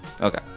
Okay